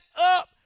up